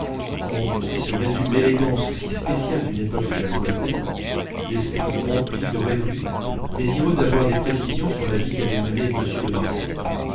en qui se résume l'élégance si spéciale d'une époque déjà lointaine l'esprit empli de rêveries désireux d'avoir des précisions sur la vie qu'avait menée m de marsantes